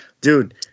dude